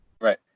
Right